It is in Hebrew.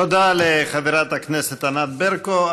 תודה לחברת הכנסת ענת ברקו.